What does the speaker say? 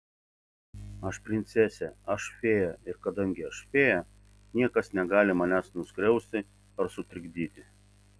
aš princesė aš fėja ir kadangi aš fėja niekas negali manęs nuskriausti ar sutrikdyti